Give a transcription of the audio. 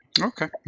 okay